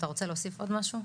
אתה רוצה להוסיף עוד משהו?